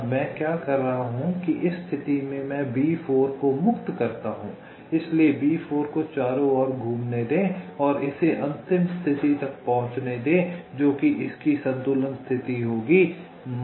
अब मैं क्या कह रहा हूं कि इस स्थिति में मैं B4 को मुक्त करता हूं इसलिए B4 को चारों ओर घूमने दें और इसे अंतिम स्थिति तक पहुंचने दें जो कि इसकी संतुलन स्थिति होगी